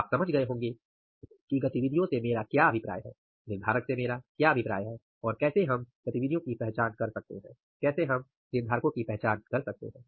आप समझ गए होंगे कि गतिविधियों से मेरा क्या अभिप्राय हैं निर्धारक से मेरा क्या अभिप्राय है और कैसे हम गतिविधियों की पहचान कर सकते हैं कैसे हम निर्धारको की पहचान कर सकते हैं